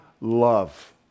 love